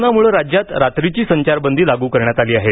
कोरोनामुळं राज्यात रात्रीची संचारबंदी लागू करण्यात आली आहे